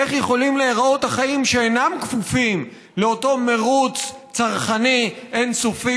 איך יכולים להיראות החיים שאינם כפופים לאותו מרוץ צרכני אין-סופי,